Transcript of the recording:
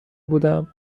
بودم